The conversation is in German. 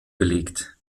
belegt